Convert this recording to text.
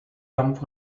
dampf